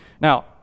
Now